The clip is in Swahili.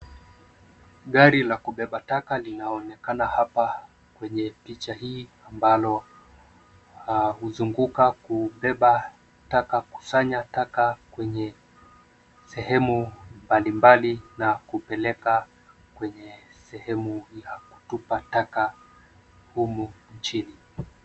Gari la kubeba taka linaonekana hapa kwenye picha hii ambalo huzunguka kubeba taka kusanya taka kwenye sehemu mbalimbali na kupeleka kwenye sehemu ya kutupa taka humu nchini.